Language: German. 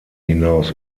hinaus